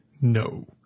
no